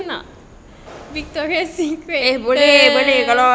victoria secret and